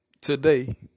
today